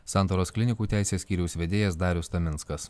santaros klinikų teisės skyriaus vedėjas darius taminskas